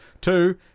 Two